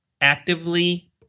actively